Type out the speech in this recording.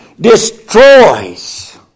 destroys